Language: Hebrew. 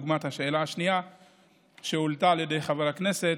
דוגמת השאלה השנייה שהועלתה על ידי חבר הכנסת,